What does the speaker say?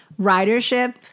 ridership